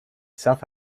south